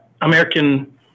American